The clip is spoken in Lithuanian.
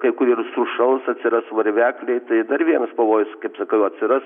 kai kur ir sušals atsiras varvekliai tai dar vienas pavojus kaip sakau atsiras